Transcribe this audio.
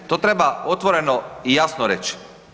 To treba otvoreno i jasno reći.